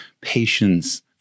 patience